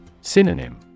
Synonym